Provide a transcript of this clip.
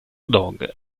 dog